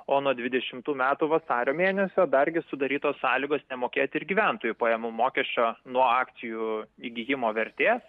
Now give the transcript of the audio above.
o nuo dvidešimtų metų vasario mėnesio dargi sudarytos sąlygos nemokėti ir gyventojų pajamų mokesčio nuo akcijų įgijimo vertės